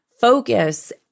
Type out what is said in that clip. focus